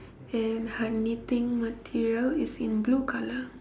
and her knitting material is in blue colour